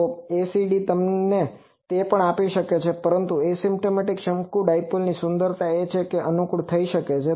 તો ACD તમને તે પણ આપી શકે છે પરંતુ એસિમ્પ્ટોટિક શંકુ ડાઈપોલની સુંદરતા એ છે કે તે અનુકૂળ થઈ શકે છે